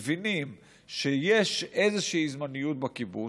מבינים שיש איזושהי זמניות בכיבוש.